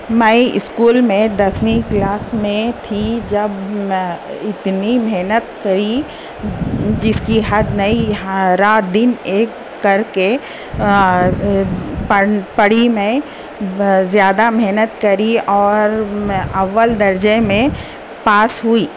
میں اسکول میں دسویں کلاس میں تھی جب میں اتنی محنت کری جس کی حد نہیں رات دن ایک کر کے پڑھ پڑھی میں زیادہ محنت کری اور میں اول درجہ میں پاس ہوئی